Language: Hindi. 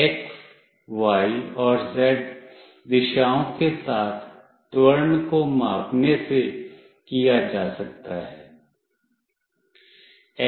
यह x y और z दिशाओं के साथ त्वरण को मापने से किया जा सकता है